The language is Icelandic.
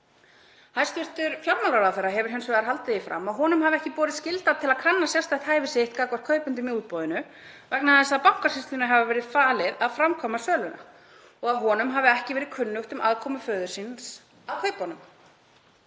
Hæstv. fjármálaráðherra hefur hins vegar haldið því fram að honum hafi ekki borið skylda til að kanna sérstakt hæfi sitt gagnvart kaupendum í útboðinu vegna þess að Bankasýslunni hafi verið falið að framkvæma söluna og að honum hafi ekki verið kunnugt um aðkomu föður síns að kaupunum.